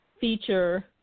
feature